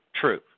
True